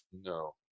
no